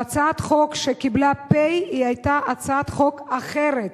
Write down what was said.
והצעת החוק שקיבלה "פ" היתה הצעת חוק אחרת.